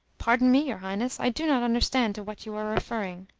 pardon me, your highness i do not understand to what you are referring.